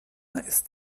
ist